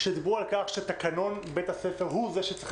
שדיברו על כך שתקנון בית הספר צריך